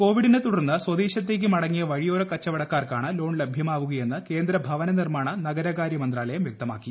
കോവിഡിനെ തുടർന്ന് സ്വദേശത്തേക്ക് മടങ്ങിയ വഴിയോര കച്ചവടക്കാർക്കാണ് ലോൺ ലഭ്യമാവുക്യെന്ന് കേന്ദ്ര ഭവന നിർമ്മാണ നഗരകാര്യ മന്ത്രാലയം വൃക്ത്മാക്കി